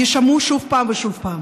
יישמעו שוב פעם ושוב פעם.